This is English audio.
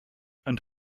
and